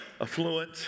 affluent